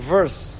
Verse